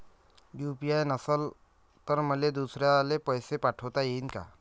UPI नसल तर मले दुसऱ्याले पैसे पाठोता येईन का?